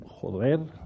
joder